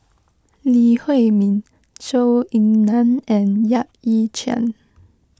Lee Huei Min Zhou Ying Nan and Yap Ee Chian